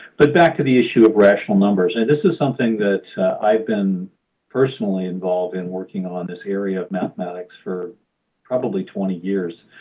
but back to the issue of rational numbers, and this is something that i've been personally involved in working on this area of mathematics for probably twenty years.